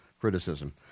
criticism